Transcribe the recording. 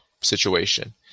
situation